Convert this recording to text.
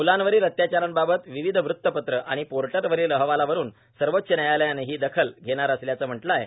मूलांवरील अत्याचाराबाबत विविध वृतपत्र आणि पोर्टलवरील अहवालावरून सर्वोच्च न्यायालयानं ही दखल घेणार असल्याचं म्हटलं आहे